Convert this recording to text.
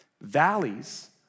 Valleys